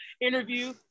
interview